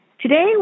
Today